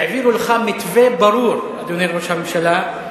העבירו לך מתווה ברור, אדוני ראש הממשלה,